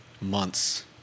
months